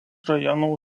rajono